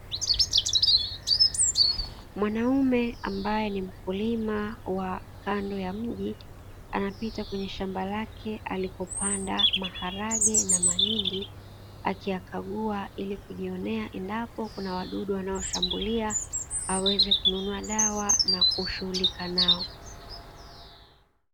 "Mwanamume ambaye ni mkulima wa kando ya mji anapita kwenye shamba lake alikopanda maharagwe na mahindi akivikagua ili kujion nea endapo kuna wadudu wanaoshambulia, aweze kununua dawa na kushughulika nao.